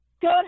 Good